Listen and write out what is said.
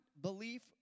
belief